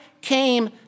came